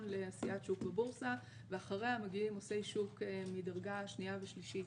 לעשיית שוק בבורסה ואחריה מגיעים עושי שוק מדרגה שנייה ושלישית.